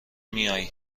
میائی